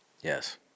Yes